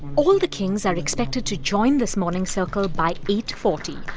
all the kings are expected to join this morning circle by eight forty,